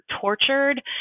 tortured